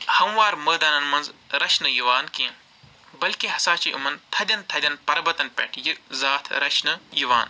ہَموار مٲدانن منٛز رَچھنہٕ یِوان کیٚنٛہہ بٔلکہِ ہسا چھِ یِمَن تھَدیٚن تھدیٚن پربَتن پٮ۪ٹھ یہِ ذات رَچھنہٕ یِوان